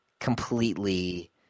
completely